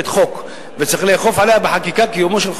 חוק וצריך לאכוף עליה בחקיקה קיומו של חוק,